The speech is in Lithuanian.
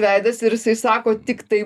veidas ir jisai sako tiktai